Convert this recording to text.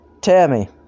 Tammy